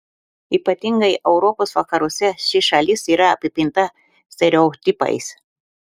ypatingai europos vakaruose ši šalis yra apipinta stereotipais